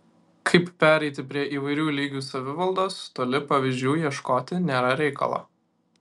kaip pereiti prie įvairių lygių savivaldos toli pavyzdžių ieškoti nėra reikalo